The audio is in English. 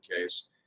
case